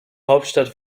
hauptstadt